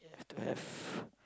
to have